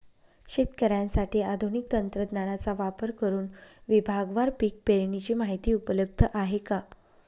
शेतकऱ्यांसाठी आधुनिक तंत्रज्ञानाचा वापर करुन विभागवार पीक पेरणीची माहिती उपलब्ध आहे का?